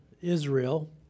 Israel